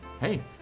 hey